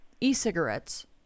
e-cigarettes